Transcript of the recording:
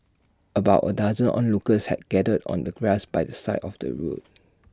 about A dozen onlookers had gathered on the grass by the side of the road